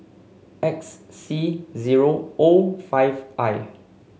X C zero O five I